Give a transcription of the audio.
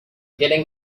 getting